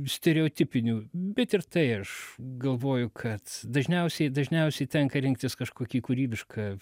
stereotipinių bet ir tai aš galvoju kad dažniausiai dažniausiai tenka rinktis kažkokį kūrybišką